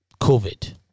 covid